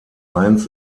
eins